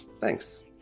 Thanks